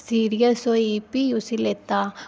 serious हो गेई फ्ही उसी लेता